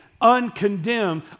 uncondemned